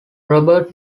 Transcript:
robert